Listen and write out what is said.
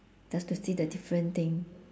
just to see the different thing